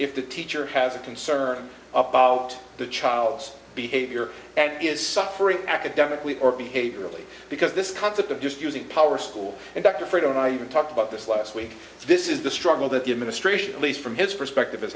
if the teacher has a concern about the child's behavior and is suffering academically or behaviorally because this concept of just using power school and dr frieden i talked about this last week this is the struggle that the administration at least from his perspective is